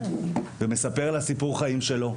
הוא מספר את סיפור החיים שלו,